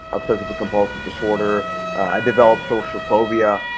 obsessive-compulsive disorder. i developed social phobia.